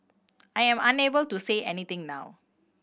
I am unable to say anything now